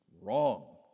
wrong